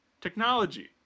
technology